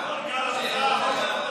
אבי, אנחנו איתך.